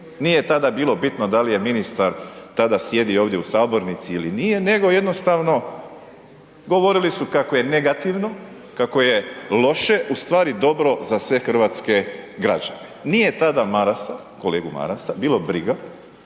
Nije tada bilo bitno da li je ministar tada sjedio ovdje u sabornici ili nije nego jednostavno govorili su kako je negativno, kako je loše u stvari dobro za sve hrvatske građane. Nije tada Marasa, kolegu Marasa bilo briga